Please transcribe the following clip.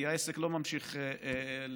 כי העסק לא ממשיך לבד,